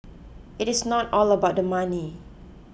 it is not all about the money